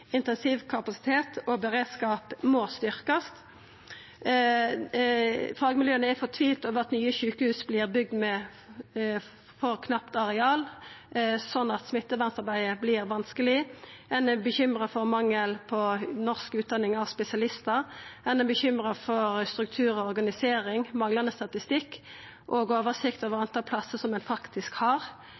Intensivkapasitet og beredskap må styrkast. Fagmiljøa er fortvilte over at nye sjukehus vert bygde med for knapt areal, slik at smittevernarbeidet vert vanskeleg. Ein er bekymra for mangel på norsk utdanning av spesialistar. Ein er bekymra for struktur og organisering, manglande statistikk og oversikt over talet på plassar som ein faktisk har.